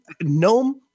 gnome